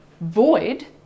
void